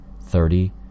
thirty